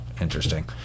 interesting